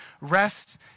rest